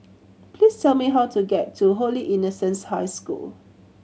please tell me how to get to Holy Innocents' High School